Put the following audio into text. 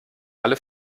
alle